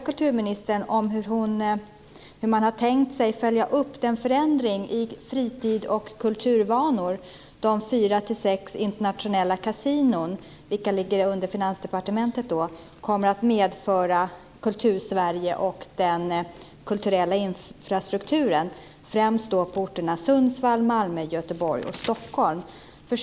Hur har man tänkt sig att följa upp den förändring i fritid och kulturvanor som de fyra-sex internationella kasinon - vilka ligger under Finansdepartementet - kommer att medföra för Kultursverige och den kulturella infrastrukturen, främst på orterna Sundsvall, Malmö, Göteborg och Stockholm?